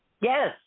Yes